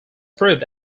proved